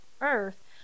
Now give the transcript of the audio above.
earth